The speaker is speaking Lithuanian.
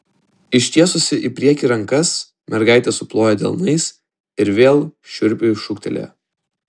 ištiesusi į priekį rankas mergaitė suplojo delnais ir vėl šiurpiai šūktelėjo